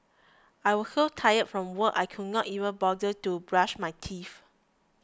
I was so tired from work I could not even bother to brush my teeth